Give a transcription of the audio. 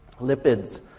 Lipids